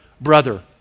brother